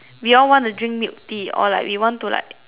we all want to drink milk tea or like we want to like